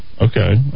Okay